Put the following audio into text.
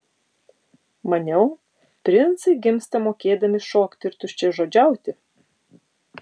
maniau princai gimsta mokėdami šokti ir tuščiažodžiauti